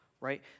right